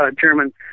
German